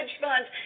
funds